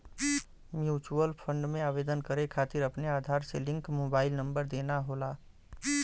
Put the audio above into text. mutual fund में आवेदन करे खातिर अपने आधार से लिंक मोबाइल नंबर देना होला